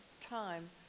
time